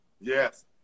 Yes